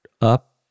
up